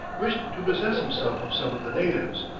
wished to possess himself of some of the natives,